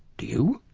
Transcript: do you?